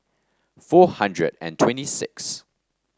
four hundred and twenty sixth